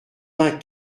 vingt